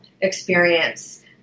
experience